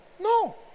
No